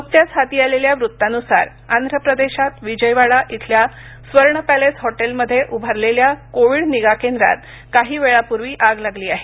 नुकत्याच हाती आलेल्या वृत्तानुसार आंध्र प्रदेशात विजयवाडा इथल्या स्वर्ण पॅलेस हॉटेलमध्ये उभारलेल्या कोविड निगा केंद्रात काही वेळापूर्वी आग लागली आहे